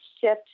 shift